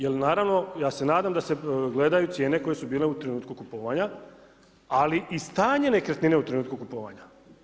Jer naravno ja se nadam da se gledaju cijene koje su bile u trenutku kupovanja, ali i stanje nekretnine u trenutku kupovanja.